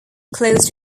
closed